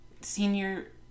senior